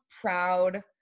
proud